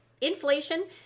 inflation